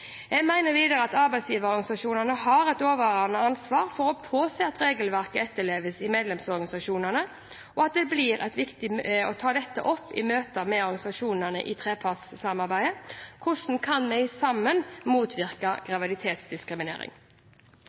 Jeg mener videre at arbeidsgiverorganisasjonene har et overordnet ansvar for å påse at regelverket etterleves i medlemsorganisasjonene, og det blir viktig å ta dette opp i møter med organisasjonene i trepartsamarbeidet. Hvordan kan vi sammen motvirke graviditetsdiskriminering?